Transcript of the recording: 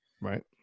Right